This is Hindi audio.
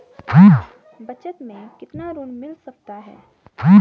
बचत मैं कितना ऋण मिल सकता है?